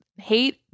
Hate